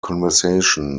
conversation